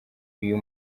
uyu